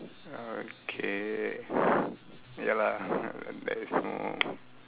okay ya lah there is no